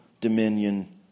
dominion